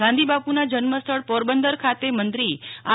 ગાંધી બાપુના જન્મસ્થળ પોરબંદર ખાતે મંત્રી આર